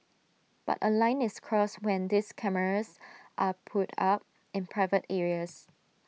but A line is crossed when these cameras are put up in private areas